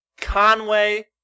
Conway